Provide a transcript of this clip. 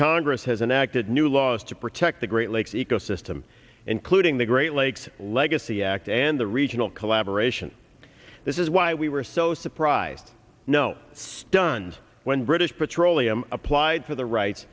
congress has enacted new laws to protect the great lakes ecosystem including the great lakes legacy act and the regional collaboration this is why we were so surprised no stunned when british petroleum applied for the rights